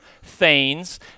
thanes